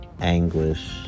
anguish